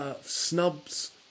snubs